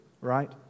right